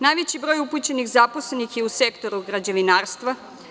Najveći broj upućenih i zaposlenih je u sektoru građevinarstva.